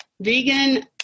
vegan